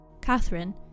Catherine